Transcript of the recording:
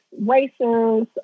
racers